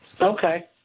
Okay